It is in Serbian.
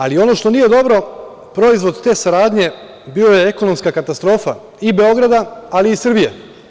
Ali, ono što nije dobro, proizvod te saradnje bio je ekonomska katastrofa i Beograda ali i Srbije.